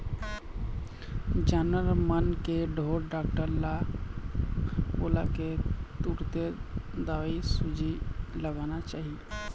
जानवर मन के ढोर डॉक्टर ल बुलाके तुरते दवईसूजी लगवाना चाही